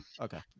Okay